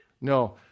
No